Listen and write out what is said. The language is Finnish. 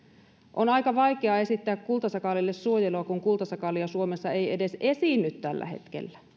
on aika vaikea esittää kultasakaalille suojelua kun kultasakaalia suomessa ei edes esiinny tällä hetkellä